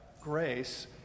grace